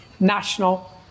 national